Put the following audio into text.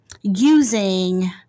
using